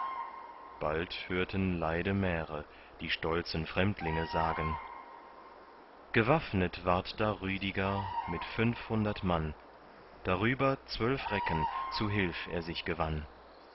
bald hörten leide märe die stolzen fremdlinge sagen gewaffnet ward da rüdiger mit fünfhundert mann darüber zwölf recken zu hilf er sich gewann